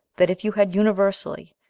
that if you had universally,